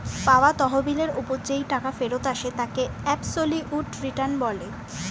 পাওয়া তহবিলের ওপর যেই টাকা ফেরত আসে তাকে অ্যাবসোলিউট রিটার্ন বলে